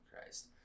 Christ